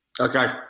Okay